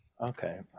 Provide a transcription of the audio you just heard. Okay